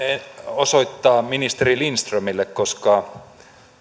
osoittaa ministeri lindströmille